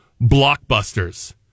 Blockbusters